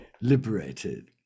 liberated